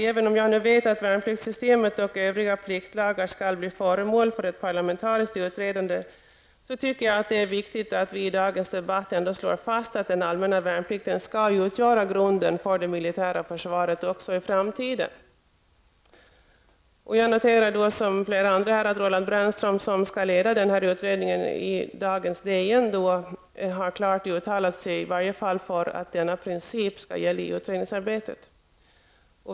Även om jag nu vet att värnpliktssystemet och övriga pliktlagar skall bli föremål för ett parlamentariskt utredande, så tycker jag att det är viktigt att vi i dagens debatt ändå slår fast att den allmänna värnplikten skall utgöra grunden för det militära försvaret också i framtiden. Jag noterar i likhet med flera andra här att Roland Brännström, som skall leda den här utredningen, klart har uttalat sig för att denna princip skall gälla i utredningsarbetet.